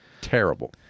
Terrible